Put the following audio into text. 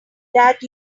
that